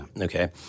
Okay